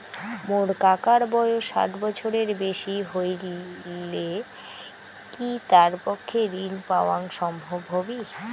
মোর কাকার বয়স ষাট বছরের বেশি হলই কি তার পক্ষে ঋণ পাওয়াং সম্ভব হবি?